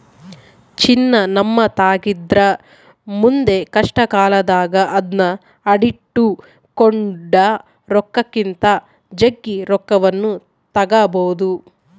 ಚಿನ್ನ ನಮ್ಮತಾಕಿದ್ರ ಮುಂದೆ ಕಷ್ಟಕಾಲದಾಗ ಅದ್ನ ಅಡಿಟ್ಟು ಕೊಂಡ ರೊಕ್ಕಕ್ಕಿಂತ ಜಗ್ಗಿ ರೊಕ್ಕವನ್ನು ತಗಬೊದು